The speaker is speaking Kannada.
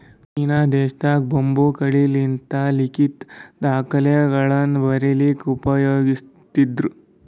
ಚೀನಾ ದೇಶದಾಗ್ ಬಂಬೂ ಕಡ್ಡಿಲಿಂತ್ ಲಿಖಿತ್ ದಾಖಲೆಗಳನ್ನ ಬರಿಲಿಕ್ಕ್ ಉಪಯೋಗಸ್ತಿದ್ರು